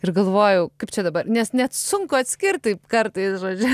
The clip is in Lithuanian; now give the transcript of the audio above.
ir galvojau kaip čia dabar nes net sunku atskirt taip kartais žodžiu